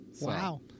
Wow